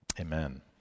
Amen